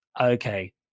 okay